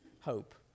hope